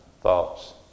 thoughts